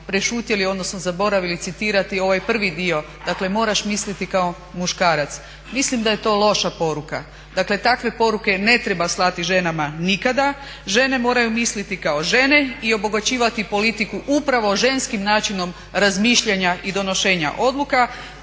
prešutjeli odnosno zaboravili citirati ovaj prvi dio dakle moraš misliti kao muškarac. Mislim da je to loša poruka, dakle takve poruke ne treba slati ženama nikada, žene moraju misliti kao žene i obogaćivati politiku upravo ženskim načinom razmišljanja i donošenja odluka.